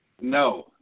No